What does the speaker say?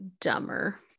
dumber